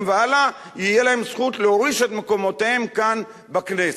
והלאה תהיה להם זכות להוריש את מקומותיהם כאן בכנסת.